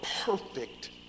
perfect